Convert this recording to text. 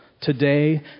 Today